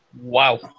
Wow